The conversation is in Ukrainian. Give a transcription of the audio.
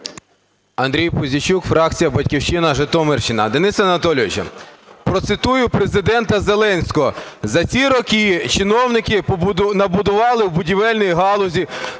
Андрій Пузійчук, фракція "Батьківщина", Житомирщина. Денис Анатолійович, процитую Президента Зеленського: "За ці роки чиновники набудували в будівельній галузі